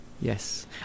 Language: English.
yes